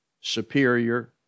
superior